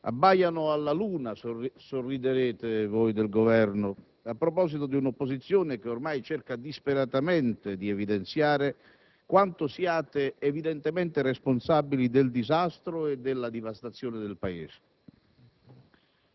"Abbaiano alla luna"; sorriderete voi del Governo a proposito di un'opposizione che ormai cerca disperatamente di evidenziare quanto siate evidentemente responsabili del disastro e della devastazione del Paese.